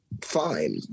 fine